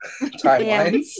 Timelines